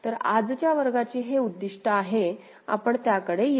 तर आजच्या वर्गाचे हे उद्दीष्ट आहे आपण त्याकडे येऊ